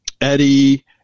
Eddie